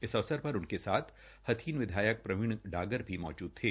इस अवसर पर उनके साथ हथीन विधायक प्रवीण डागर भी मौजूद थे